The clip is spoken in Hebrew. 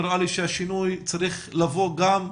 נראה לי שהשינוי צריך לבוא גם,